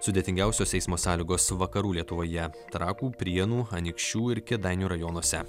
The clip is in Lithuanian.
sudėtingiausios eismo sąlygos vakarų lietuvoje trakų prienų anykščių ir kėdainių rajonuose